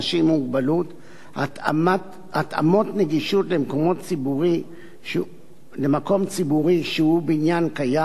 עם מוגבלות (התאמות נגישות למקום ציבורי שהוא בניין קיים),